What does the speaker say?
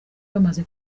bamaze